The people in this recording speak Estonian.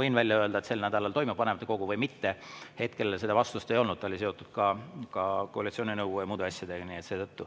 võin välja öelda, et sel nädalal toimub vanematekogu, või mitte. Hetkel ta seda vastust ei andnud, sest oli seotud ka koalitsiooninõukogu ja muude asjadega.